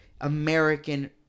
American